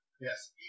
Yes